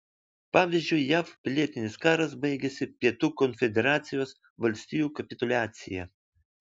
pavyzdžiui jav pilietinis karas baigėsi pietų konfederacijos valstijų kapituliacija